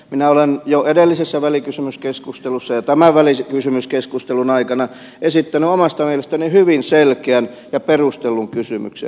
minä olen jo edellisessä välikysymyskeskustelussa ja tämän välikysymyskeskustelun aikana esittänyt omasta mielestäni hyvin selkeän ja perustellun kysymyksen